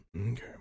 okay